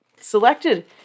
selected